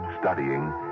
studying